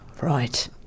Right